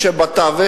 כשבתווך,